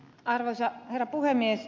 arvoisa herra puhemies